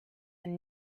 and